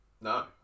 No